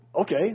Okay